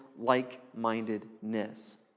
like-mindedness